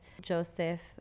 Joseph